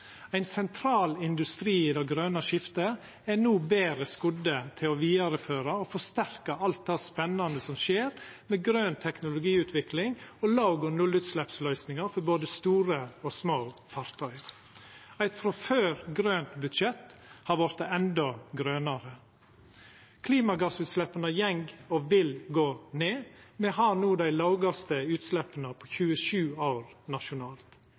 Ein sentral industri i det grøne skiftet er no betre skodd til å vidareføra og forsterka alt det spennande som skjer med grøn teknologiutvikling og låg- og nullutsleppsløysingar for både store og små fartøy. Eit frå før grønt budsjett har vorte endå grønare. Klimagassutsleppa går – og vil gå – ned, me har no dei lågaste utsleppa på 27 år nasjonalt.